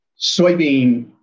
soybean